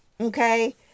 okay